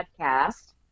podcast